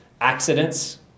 accidents